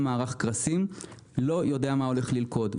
מערך קרסים לא יודע מה הוא הולך ללכוד.